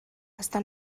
està